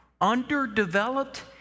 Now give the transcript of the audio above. underdeveloped